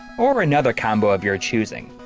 or another combo of your choosing.